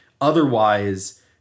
Otherwise